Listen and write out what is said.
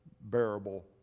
bearable